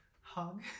hug